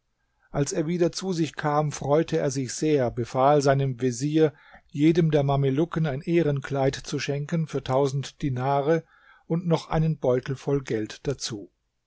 als er wieder zu sich kam freute er sich sehr befahl seinem vezier jedem der mamelucken ein ehrenkleid zu schenken für tausend dinare und noch einen beutel voll geld dazu